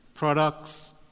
Products